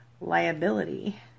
liability